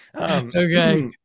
Okay